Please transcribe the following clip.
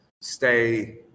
stay